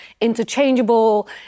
interchangeable